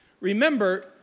Remember